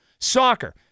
Soccer